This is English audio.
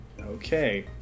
Okay